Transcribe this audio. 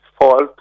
fault